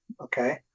okay